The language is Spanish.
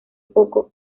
poco